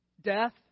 Death